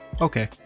okay